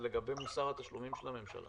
היא לגבי מוסר התשלומים של הממשלה.